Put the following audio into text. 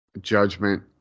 judgment